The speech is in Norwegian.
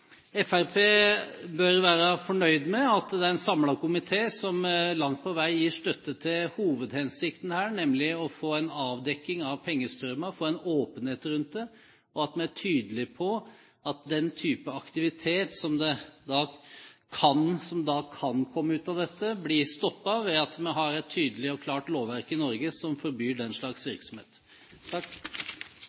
Fremskrittspartiet bør være fornøyd med at det er en samlet komité som langt på vei gir støtte til hovedhensikten her, nemlig å få en avdekking av pengestrømmer, få en åpenhet rundt det, og at vi er tydelige på at den typen aktivitet som kan komme ut av dette, blir stoppet, ved at vi har et tydelig og klart lovverk i Norge som forbyr den slags virksomhet.